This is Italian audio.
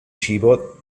cibo